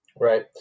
Right